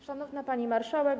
Szanowna Pani Marszałek!